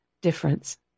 difference